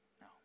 No